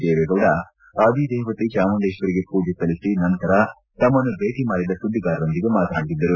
ದೇವೇಗೌಡ ಅಧಿದೇವತೆ ಚಾಮುಂಡೇಶ್ವರಿಗೆ ಪೂಜೆ ಸಲ್ಲಿಸಿ ನಂತರ ತಮ್ನನ್ನು ಭೇಟಿ ಮಾಡಿದ ಸುದ್ದಿಗಾರರೊಂದಿಗೆ ಮಾತನಾಡುತ್ತಿದ್ದರು